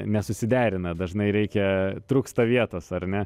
nesusiderina dažnai reikia trūksta vietos ar ne